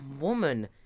woman